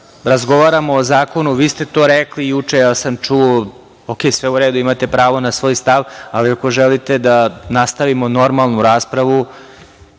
razgovaramo o zakonu. Vi ste to rekli juče, ja sam čuo. Imate pravo na svoj stav, ali ako želite da nastavimo normalnu raspravu,